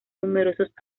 numerosos